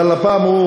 אבל הפעם הוא